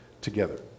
together